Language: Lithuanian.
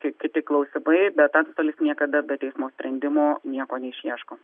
kiti klausimai bet antstolis niekada be teismo sprendimo nieko neišieško